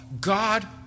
God